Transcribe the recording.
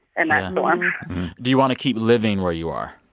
and that storm do you want to keep living where you are?